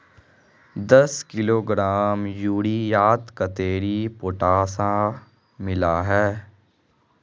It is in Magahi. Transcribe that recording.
दस किलोग्राम यूरियात कतेरी पोटास मिला हाँ?